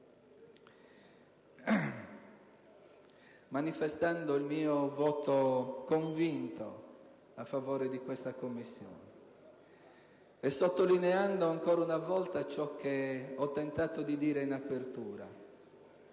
manifestando il mio voto convinto a favore dell'istituzione di questa Commissione e sottolineando, ancora una volta, quanto ho tentato di dire in apertura.